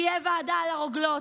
תהיה ועדה על הרוגלות,